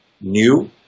new